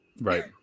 Right